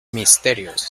misterios